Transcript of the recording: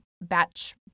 batch